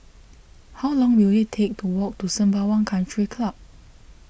how long will it take to walk to Sembawang Country Club